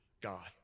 God